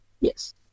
Yes